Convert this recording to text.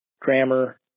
grammar